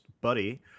buddy